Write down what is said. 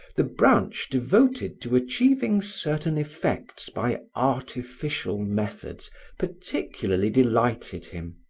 the branch devoted to achieving certain effects by artificial methods particularly delighted him.